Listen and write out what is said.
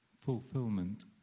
fulfillment